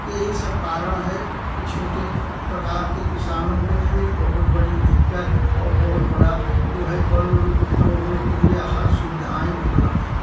यही सब कारण है की छोटे प्रकार के किसानों के लिए बहुत बड़ी दिक्कत और बहुत बड़ा उ है बड़ो लोगों के लिए हर सुविधाएँ उपलब्ध हैं